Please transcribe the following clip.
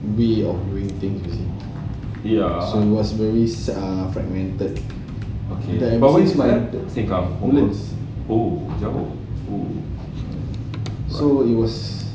way of doing things you know so it was very fragmented but this month woodlands so it was